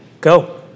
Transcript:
Go